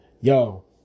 Yo